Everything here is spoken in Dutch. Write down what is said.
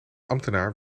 ambtenaar